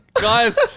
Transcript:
Guys